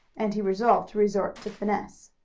and he resolved to resort to finesse.